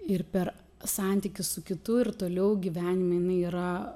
ir per santykį su kitu ir toliau gyvenime jinai yra